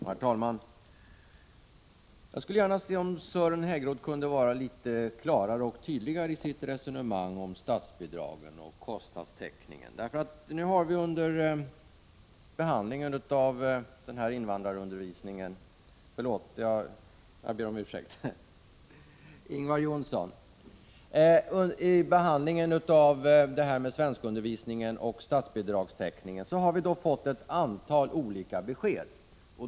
Herr talman! Jag skulle gärna se att Ingvar Johnsson kunde vara litet klarare och tydligare i sitt resonemang om statsbidragen och kostnadstäckningen. Nu har vi under behandlingen av invandrarundervisningen och statsbidragstäckningen fått ett antal olika besked.